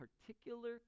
particular